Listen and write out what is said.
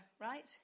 right